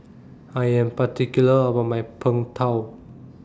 I Am particular about My Png Tao